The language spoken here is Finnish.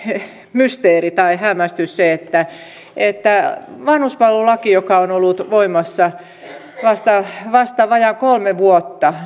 mysteeri tai hämmästys se että vanhuspalvelulakia joka on ollut voimassa vasta vajaat kolme vuotta